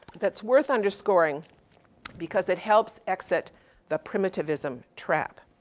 that's worth underscoring because it helps exit the primitivism trap.